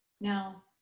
Now